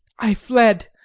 i fled,